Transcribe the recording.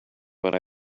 but